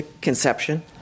Conception